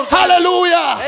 hallelujah